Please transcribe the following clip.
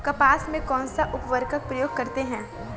कपास में कौनसा उर्वरक प्रयोग करते हैं?